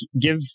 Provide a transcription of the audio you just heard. Give